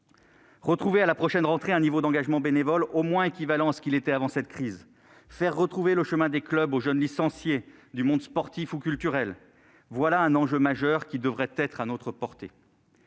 Retrouver, à la prochaine rentrée, un niveau d'engagement bénévole au moins équivalent à ce qu'il était avant la crise, faire retrouver le chemin des clubs aux jeunes licenciés du monde sportif ou culturel : voilà des enjeux majeurs. Il est à notre portée